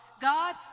God